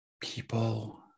People